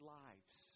lives